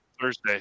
Thursday